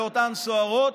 לאותן סוהרות,